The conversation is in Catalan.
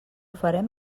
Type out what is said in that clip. farem